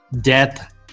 death